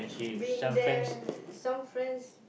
been there some friends